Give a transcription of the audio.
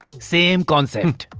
same concept.